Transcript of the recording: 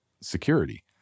security